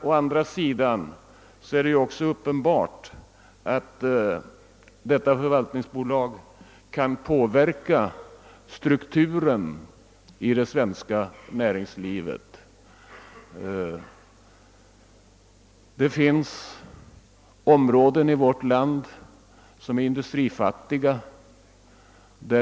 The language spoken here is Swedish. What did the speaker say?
Å andra sidan är det uppenbart att förvaltningsbolaget kan påverka strukturen i det svenska näringslivet. Det finns områden i vårt land som är industrifattiga.